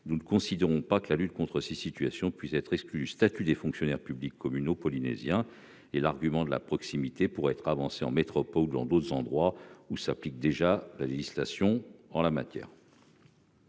nous ne considérons pas que la lutte contre ces situations puisse être exclue du statut des fonctionnaires publics communaux polynésiens. L'argument de la proximité pourrait en outre être avancé en métropole ou dans d'autres endroits où s'applique déjà la législation en la matière.